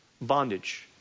bondage